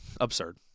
absurd